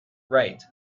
right